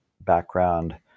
background